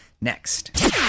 next